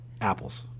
apples